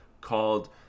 called